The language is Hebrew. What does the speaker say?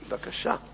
בבקשה.